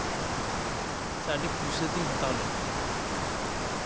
ᱥᱮ ᱟᱹᱰᱤ ᱯᱩᱭᱥᱟᱹ ᱛᱤᱧ ᱦᱟᱛᱟᱣ ᱞᱮᱫ ᱛᱟᱦᱮᱸᱜᱼᱟ